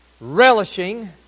Relishing